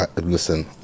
Listen